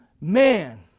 man